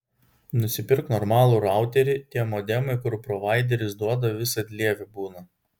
nusipirk normalų routerį tie modemai kur provaideris duoda visad lievi būna